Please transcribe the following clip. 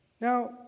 Now